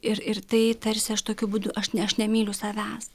ir ir tai tarsi aš tokiu būdu aš aš nemyliu savęs